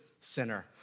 sinner